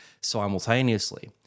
simultaneously